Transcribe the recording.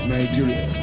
Nigeria